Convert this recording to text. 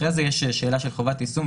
אחרי זה יש שאלה של חובת יישום.